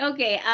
Okay